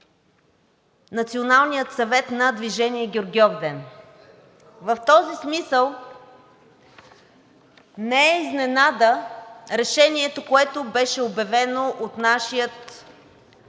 националния съвет на Движение „Гергьовден“. В този смисъл не е изненада решението, което беше обявено от нашия